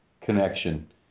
connection